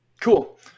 Cool